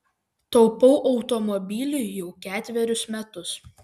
taupau automobiliui jau ketverius metus